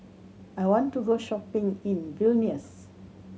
I want to go shopping in Vilnius